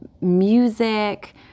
music